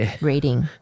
reading